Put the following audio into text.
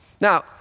now